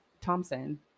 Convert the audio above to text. Thompson